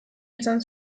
izan